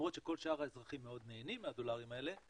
למרות שכל שאר האזרחים מאוד נהנים מהדולרים האלה,